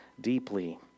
deeply